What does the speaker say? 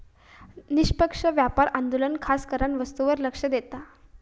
निष्पक्ष व्यापार आंदोलन खासकरान वस्तूंवर लक्ष देता